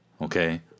Okay